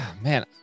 Man